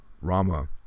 Rama